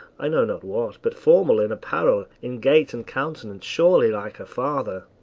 i know not what but formal in apparel, in gait and countenance surely like a father.